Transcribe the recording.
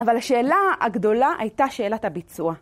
אבל השאלה הגדולה הייתה שאלת הביצוע